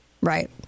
Right